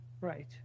right